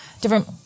different